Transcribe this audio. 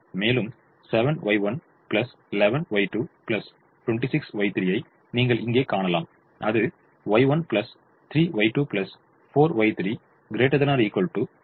மேலும் 7Y1 11Y2 26Y3 ஐ நீங்கள் இங்கே காணலாம் அது Y1 3Y2 4Y3 ≥ 4 க்கு உட்பட்டது